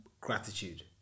gratitude